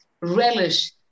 relish